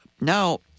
Now